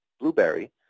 Blueberry